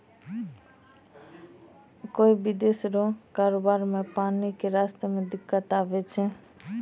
कोय विदेशी रो कारोबार मे पानी के रास्ता मे दिक्कत आवै छै